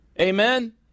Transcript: Amen